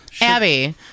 Abby